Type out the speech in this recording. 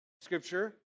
scripture